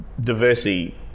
diversity